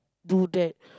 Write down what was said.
do that